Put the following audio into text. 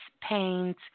pains